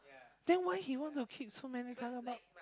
then why he want to keep so many colour more